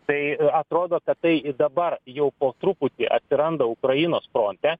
tai atrodo tatai dabar jau po truputį atsiranda ukrainos fronte